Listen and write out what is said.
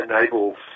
enables